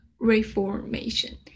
reformation